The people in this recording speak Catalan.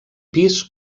pis